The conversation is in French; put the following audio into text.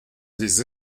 les